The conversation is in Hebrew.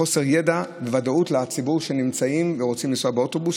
חוסר ידע וחוסר ודאות לציבור שנמצא שם ורוצה לנסוע באוטובוס.